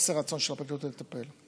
חוסר רצון של הפרקליטות לטפל.